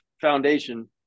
foundation